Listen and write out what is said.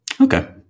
Okay